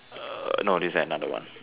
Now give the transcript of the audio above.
uh not this one another one